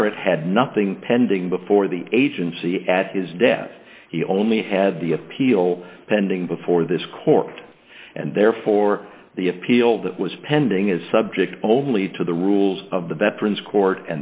merrett had nothing pending before the agency at his death he only had the appeal pending before this court and therefore the appeal that was pending is subject only to the rules of the veterans court